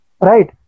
right